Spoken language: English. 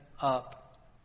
up